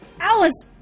Alice